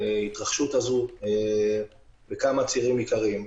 ההתרחשות הזו בכמה צירים עיקריים.